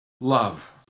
love